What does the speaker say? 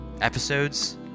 episodes